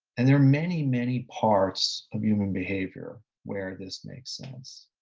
and there are many, many parts of human behavior where this makes sense.